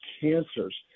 cancers